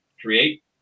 create